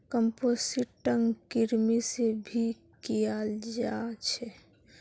composting कृमि से भी कियाल जा छे